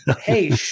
Hey